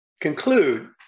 conclude